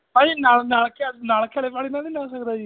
ਭਾਅ ਜੀ ਨਲ ਨਲਕੇ ਨਲਕੇ ਆਲੇ ਪਾਣੀ ਨਾਲ ਨੀ ਨਾਹ ਸਕਦਾ ਜੀ